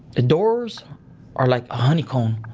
the doors are like a honeycomb,